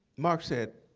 mark said,